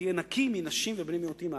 זה יהיה נקי מנשים ומבני מיעוטים להערכתי.